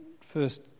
first